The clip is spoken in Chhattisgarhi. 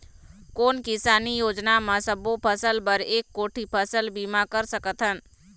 कोन किसानी योजना म सबों फ़सल बर एक कोठी फ़सल बीमा कर सकथन?